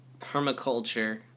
permaculture